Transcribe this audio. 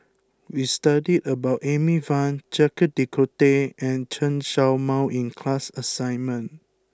we studied about Amy Van Jacques de Coutre and Chen Show Mao in class assignment